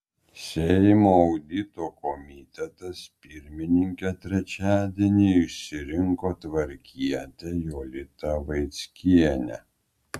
seimo audito komitetas pirmininke trečiadienį išsirinko tvarkietę jolitą vaickienę